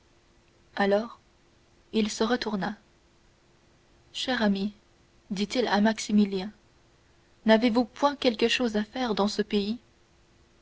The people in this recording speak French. alors il se retourna cher ami dit-il à maximilien n'avez-vous point quelque chose à faire dans ce pays